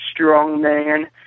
strongman